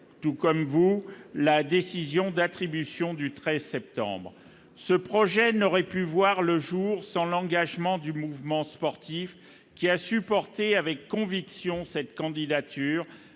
tout comme vous, la décision d'attribution du 13 septembre ce projet n'aurait pu voir le jour sans l'engagement du mouvement sportif qui a supporté avec conviction cette candidature,